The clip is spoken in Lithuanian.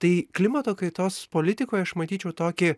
tai klimato kaitos politikoj aš matyčiau tokį